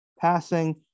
Passing